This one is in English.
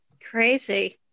crazy